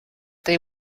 they